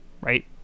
Right